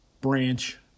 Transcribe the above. branch